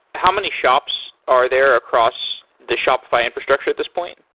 how many shops are there across the shopify infrastructure at this point?